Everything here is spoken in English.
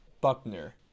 buckner